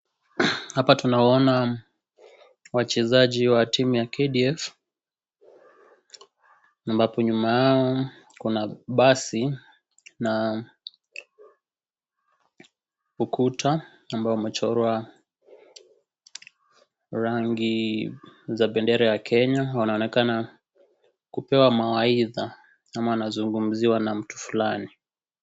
Hapa tunawaona wachezaji wa timu ya KDF, ambapo nyuma yao kuna basi, na ukuta ambao umechorwa rangi za bendera ya Kenya. Wanaonekana kupewa mawaidha, ama wanazungumziwa na mtu fulani.